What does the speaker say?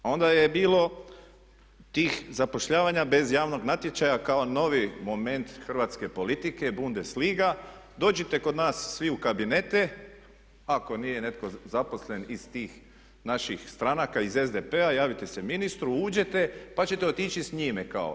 A onda je bilo tih zapošljavanja bez javnog natječaja kao novi moment hrvatske politike Bundesliga dođite kod nas svi u kabinete, ako nije netko zaposlen iz tih naših stranaka iz SDP-a javite se ministru, uđete pa ćete otići s njime kao.